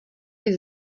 být